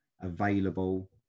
available